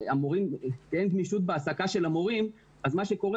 כשאין גמישות בהעסקה של המורים אז מה שקורה